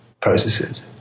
processes